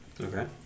Okay